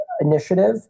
initiative